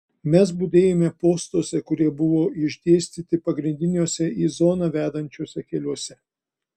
mes budėjome postuose kurie buvo išdėstyti pagrindiniuose į zoną vedančiuose keliuose